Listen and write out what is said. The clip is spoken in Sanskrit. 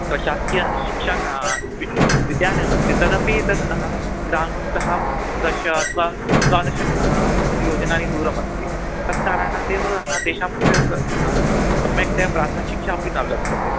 प्रशासकीयशिक्षा विद्यालयमस्ति तदपि तद् हा ग्रामतः दश अथवा द्वादश योजनानां दूरमस्ति तत् कारणादेव हा तेषां कृते सा सा सम्यक्तया प्राथमिकशिक्षापि न लभ्यते